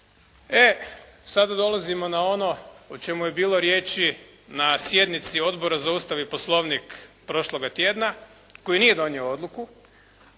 E, sada dolazimo na ono o čemu je bilo riječi na sjednici Odbora za Ustav i poslovnik prošloga tjedna koji nije donio odluku,